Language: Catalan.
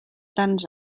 tants